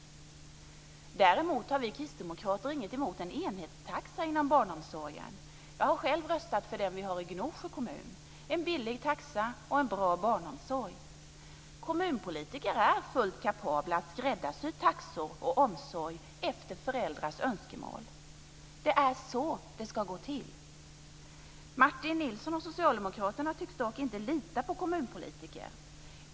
Däremot har vi kristdemokrater ingenting emot en enhetstaxa inom barnomsorgen. Jag har själv röstat för den vi har i Gnosjö kommun: en billig taxa och en bra barnomsorg. Kommunpolitiker är fullt kapabla att skräddarsy taxor och omsorg efter föräldrars önskemål. Det är så det ska gå till. Martin Nilsson och socialdemokraterna tycks dock inte lita på kommunpolitiker.